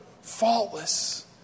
faultless